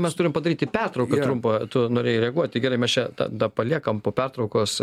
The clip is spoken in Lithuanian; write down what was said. mes turim padaryti pertrauką trumpą tu norėjai reaguoti gerai mes čia tada paliekam po pertraukos